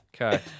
Okay